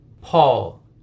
Paul